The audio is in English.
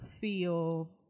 feel